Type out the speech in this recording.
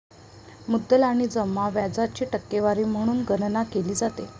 मुद्दल आणि जमा व्याजाची टक्केवारी म्हणून गणना केली जाते